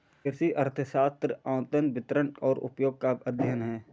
कृषि अर्थशास्त्र आवंटन, वितरण और उपयोग का अध्ययन है